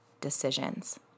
decisions